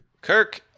Kirk